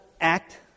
act